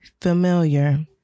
familiar